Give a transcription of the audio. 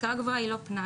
השכלה גבוהה היא לא פנאי,